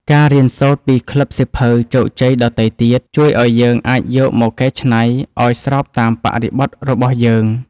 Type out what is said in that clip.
ការរៀនសូត្រពីក្លឹបសៀវភៅជោគជ័យដទៃទៀត ជួយឱ្យយើងអាចយកមកកែច្នៃឱ្យស្របតាមបរិបទរបស់យើង។